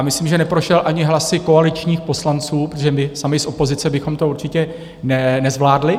Myslím, že neprošel ani hlasy koaličních poslanců, protože my sami z opozice bychom to určitě nezvládli.